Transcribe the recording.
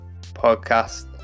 podcast